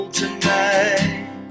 tonight